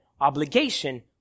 obligation